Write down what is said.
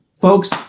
folks